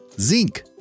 zinc